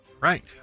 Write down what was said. right